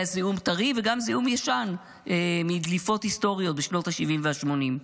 היה זיהום טרי וגם זיהום ישן מדליפות היסטוריות בשנות השבעים והשמונים.